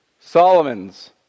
Solomon's